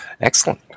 Excellent